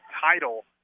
title